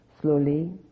slowly